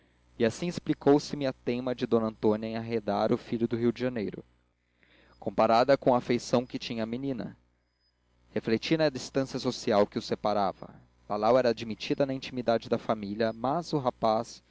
e assim explicou se me a teima de d antônia em arredar o filho do rio de janeiro comparada com a afeição que tinha à menina refleti na distancia social que os separava lalau era admitida na intimidade da família mas o rapaz